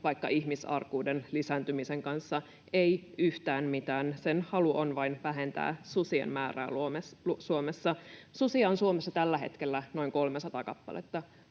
vaikka ihmisarkuuden lisääntymisen kanssa? Ei yhtään mitään. Sen halu on vain vähentää susien määrää Suomessa. Susia on Suomessa tällä hetkellä noin 300 kappaletta